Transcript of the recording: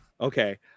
Okay